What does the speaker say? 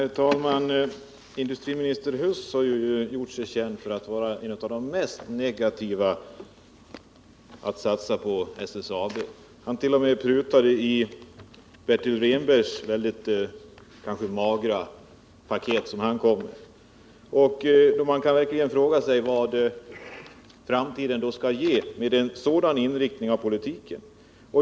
Herr talman! Industriminister Huss har gjort sig känd för att vara en av de mest negativa till en satsning på SSAB. Han t.o.m. prutade i Bertil Rehnbergs mycket magra paket. Man kan verkligen fråga sig vad framtiden skall ge med en sådan inriktning av politiken.